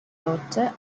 doctor